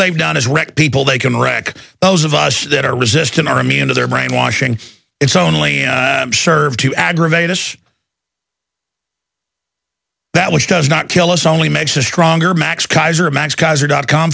they've done is wreck people they can wreck those of us that are resistant are immune to their brainwashing it's only served to aggravate us that which does not kill us only makes us stronger max kaiser